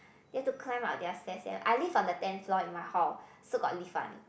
you have to climb up their stairs sia I live on the tenth floor in my hall so got lift one